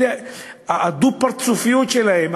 הדו-פרצופיות שלהם,